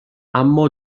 اما